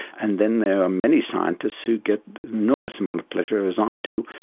and then there are many scientists who get an enormous amount of pleasure, as i do,